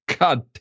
God